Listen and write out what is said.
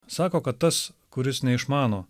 sako kad tas kuris neišmano